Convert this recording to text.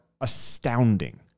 astounding